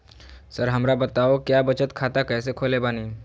Sir हमरा बताओ क्या बचत खाता कैसे खोले बानी?